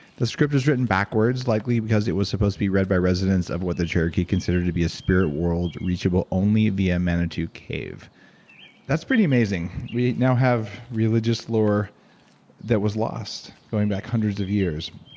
the script is written backwards, likely because it was supposed to be read by residents of what the cherokee considered to be a spirit world, reachable only vie ah manitou cave that's pretty amazing. we now have religious lore that was lost, going back hundreds of years.